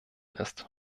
ist